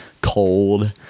cold